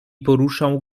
poruszał